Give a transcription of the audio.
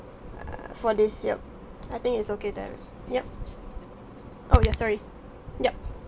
err for this ya I think it's okay to have it ya oh ya sorry ya